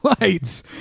lights